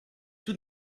tout